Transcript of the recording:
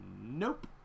Nope